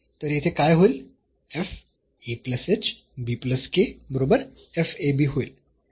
तर येथे काय होईल बरोबर होईल